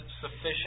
sufficient